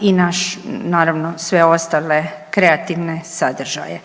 i naš naravno sve ostale kreativne sadržaje.